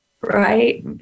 Right